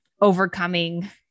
overcoming